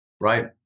Right